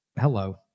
hello